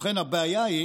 ובכן, הבעיה היא